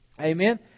Amen